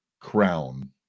crown